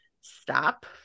stop